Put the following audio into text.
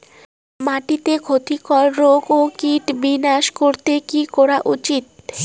মাটিতে ক্ষতি কর রোগ ও কীট বিনাশ করতে কি করা উচিৎ?